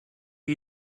are